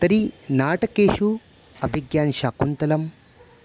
तर्हि नाटकेषु अभिज्ञानशाकुन्तलम्